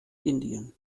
indien